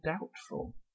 doubtful